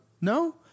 no